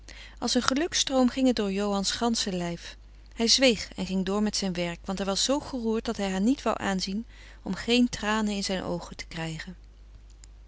als een geluksstroom ging het door johan's gansche lijf hij zweeg en ging door met zijn werk want hij was zoo geroerd dat hij haar niet wou aanzien om geen tranen in zijn oogen te krijgen